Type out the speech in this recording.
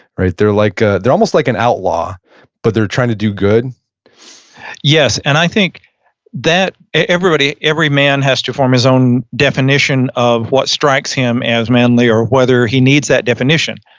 right? they're like ah they're almost like an outlaw but they're trying to do good yes. and i think that everybody, every man has to form his own definition of what strikes him as manly or whether he needs that definition.